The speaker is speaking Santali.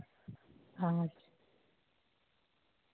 ᱟᱪᱪᱷᱟ